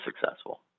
successful